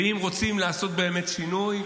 ואם רוצים לעשות באמת שינוי,